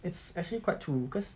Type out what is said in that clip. it's actually quite true cause